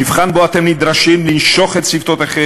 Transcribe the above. מבחן שבו אתם נדרשים לנשוך את שפתותיכם,